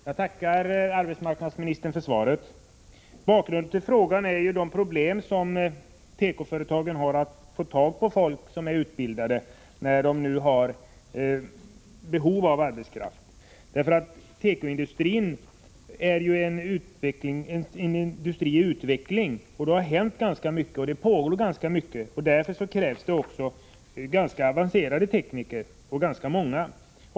Herr talman! Jag tackar arbetsmarknadsministern för svaret. Bakgrunden till frågan är de problem som tekoföretagen har när det gäller att få tag på utbildad arbetskraft när man har behov av sådan. Tekoindustrin är ju en industri i utveckling, där det har hänt och händer ganska mycket. Därför krävs det rätt avancerade tekniker och ganska många sådana.